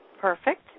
Perfect